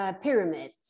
pyramid